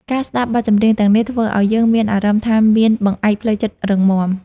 ការស្ដាប់បទចម្រៀងទាំងនេះ ធ្វើឱ្យយើងមានអារម្មណ៍ថាមានបង្អែកផ្លូវចិត្តរឹងមាំ។